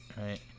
Right